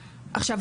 עכשיו,